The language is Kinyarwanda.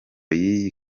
y’iyi